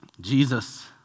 Jesus